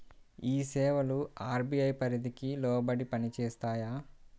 ఈ సేవలు అర్.బీ.ఐ పరిధికి లోబడి పని చేస్తాయా?